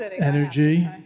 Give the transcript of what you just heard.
energy